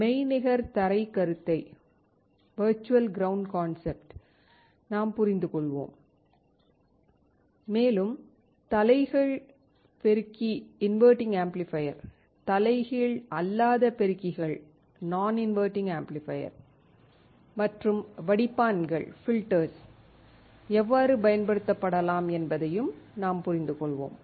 மெய்நிகர் தரை கருத்தை நாம் புரிந்துகொள்வோம் மேலும் தலைகீழ் பெருக்கி தலைகீழ் அல்லாத பெருக்கிகள் மற்றும் வடிப்பான்கள் எவ்வாறு பயன்படுத்தப்படலாம் என்பதையும் நாம் புரிந்துகொள்வோம்